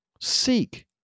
Seek